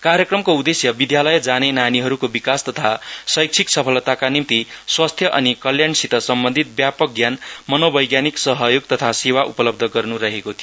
कार्यक्रमको उददेश्य विद्यालय जाने नानीहरूको विकास तथा शैक्षिक सफलताका निम्ति स्वास्थ्य अनि कल्याणसित सम्बन्धित व्यापक ज्ञान मंनोवैज्ञानिक सहयोग तथा सेवा उपलब्ध गर्न् रहेको थियो